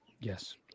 Yes